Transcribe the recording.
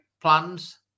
plans